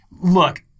look